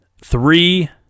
three –